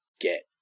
get